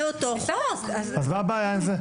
מה הבעיה עם זה?